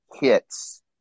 hits